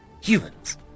humans